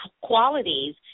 qualities